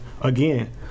again